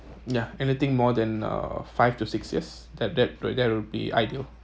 ya anything more than uh five to six years that that that would be ideal